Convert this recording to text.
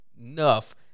enough